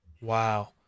wow